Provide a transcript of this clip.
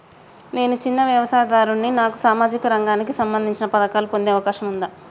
నేను చిన్న వ్యవసాయదారుడిని నాకు సామాజిక రంగానికి సంబంధించిన పథకాలు పొందే అవకాశం ఉందా?